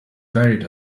varied